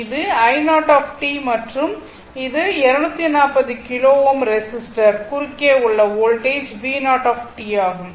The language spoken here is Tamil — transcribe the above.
இது io மற்றும் இது 240 கிலோ Ω ரெசிஸ்டர் குறுக்கே உள்ள வோல்டேஜ் Vo ஆகும்